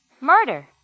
Murder